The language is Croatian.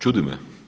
Čudi me.